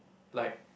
like